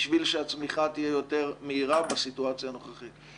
בשביל שהצמיחה תהיה יותר מהירה בסיטואציה הנוכחית?